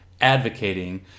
advocating